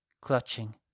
clutching